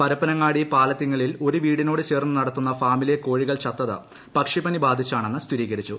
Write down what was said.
പരപ്പനങ്ങാടി പാലത്തിങ്ങലിൽ ഒരു വീടിനോട് ചേർന്നുനടത്തുന്ന ഫാമിലെ കോഴികൾ ചത്തത് പക്ഷിപ്പനി ബാധിച്ചാണെന്ന് സ്ഥിരീകരിച്ചു